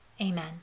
Amen